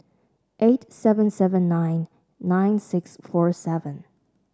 eight seven seven nine nine six four seven